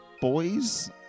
boys